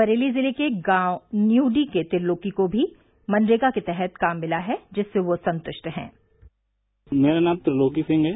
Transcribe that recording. बरेली जिले के गांव न्यूडी के त्रिलोकी को भी मनरेगा के तहत काम मिला है जिससे वह संतुष्ट हैं मेरा नाम त्रिलोकी सिंह है